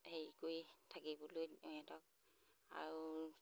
হেৰি কৰি থাকিবলৈ সিহঁতক আৰু